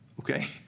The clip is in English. Okay